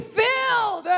filled